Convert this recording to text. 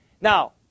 Now